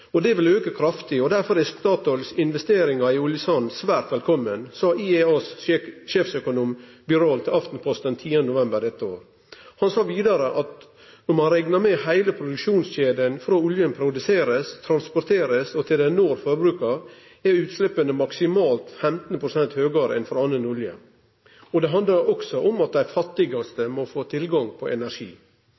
for olje vil øke kraftig, og derfor er Statoils investeringer i oljesand svært velkomne», sa IEAs sjeføkonom Birol til Aftenposten 10. november i år. Han sa vidare: «Når man regner hele produksjonskjeden fra oljen produseres og transporteres til den når forbruker, er utslippene maksimalt 15 prosent høyere enn fra annen olje.» Det handlar også om at dei fattigaste må få tilgang på energi.